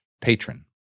patron